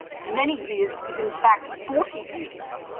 many years is in fact forty years.